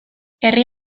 herri